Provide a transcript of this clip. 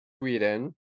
Sweden